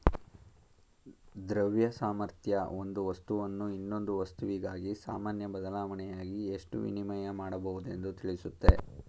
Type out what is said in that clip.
ದ್ರವ್ಯ ಸಾಮರ್ಥ್ಯ ಒಂದು ವಸ್ತುವನ್ನು ಇನ್ನೊಂದು ವಸ್ತುವಿಗಾಗಿ ಸಾಮಾನ್ಯ ಚಲಾವಣೆಯಾಗಿ ಎಷ್ಟು ವಿನಿಮಯ ಮಾಡಬಹುದೆಂದು ತಿಳಿಸುತ್ತೆ